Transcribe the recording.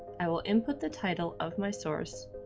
i will input the title of my source,